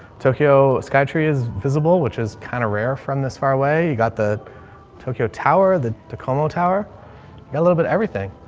tokyo skytree is visible, which is kind of rare from this far away. you got the tokyo tower, the como tower got a little bit everything.